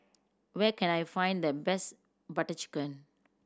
where can I find the best Butter Chicken